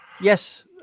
Yes